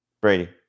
Brady